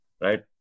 Right